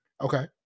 Okay